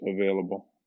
available